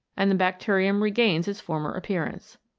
and the bacterium regains its former appearance.